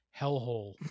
hellhole